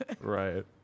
Right